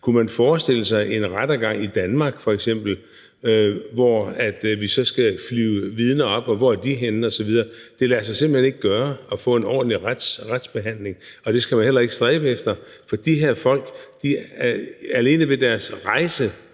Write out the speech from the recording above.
f.eks. forestille sig en rettergang i Danmark, hvor vi så skal flyve vidner op, og hvor er de henne osv.? Det lader sig simpelt hen ikke gøre at få en ordentlig retsbehandling, og det skal vi jo heller ikke stræbe efter, for de her folk har alene ved deres rejse